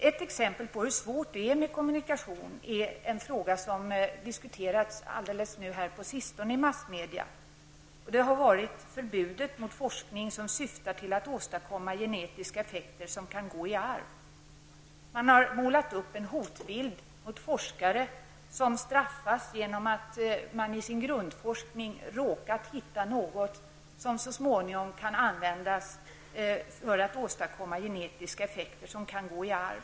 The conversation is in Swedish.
Ett exempel på hur svårt det är med kommunikation är en fråga som har diskuterats på sistone i massmedia, nämligen förbudet mot forskning som syftar till att åstadkomma genetiska effekter som kan gå i arv. Man har målat upp en hotbild av forskare som blir straffade genom att i sin grundforskning ha råkat hitta något som så småningom kan användas för att åstadkomma genetiska effekter som kan gå i arv.